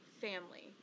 family